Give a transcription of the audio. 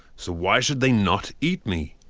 so why should they not eat me?